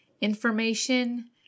information